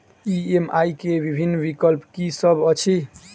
EMI केँ विभिन्न विकल्प की सब अछि